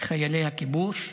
חיילי הכיבוש,